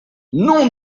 nom